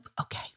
okay